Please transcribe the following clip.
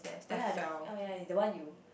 oh yea the f~ oh yea the one you